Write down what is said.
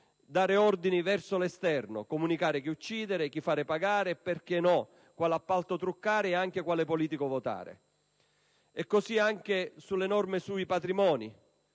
dare ordini verso l'esterno, comunicare chi uccidere, chi far pagare e - perché no! - quale appalto truccare e quale politico votare. Così è accaduto anche per le norme sui patrimoni,